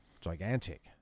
gigantic